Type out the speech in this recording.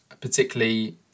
particularly